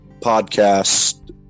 podcast